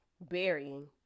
burying